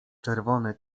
czerwony